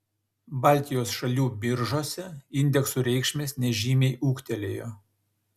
baltijos šalių biržose indeksų reikšmės nežymiai ūgtelėjo